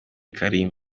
karim